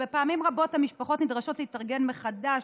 פעמים רבות המשפחות נדרשות להתארגן מחדש,